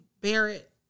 Barrett